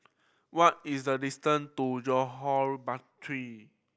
what is the distance to Johore Battery